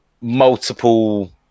multiple